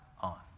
on